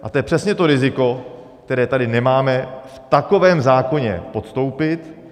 To je přesně to riziko, které tady nemáme v takovém zákoně podstoupit.